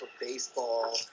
baseball